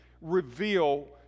reveal